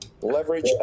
leverage